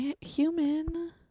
Human